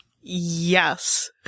Yes